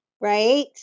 Right